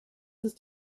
ist